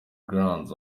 glands